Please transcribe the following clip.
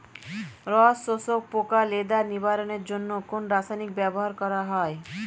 রস শোষক পোকা লেদা নিবারণের জন্য কোন রাসায়নিক ব্যবহার করা হয়?